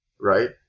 right